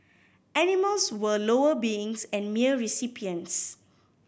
animals were lower beings and mere recipients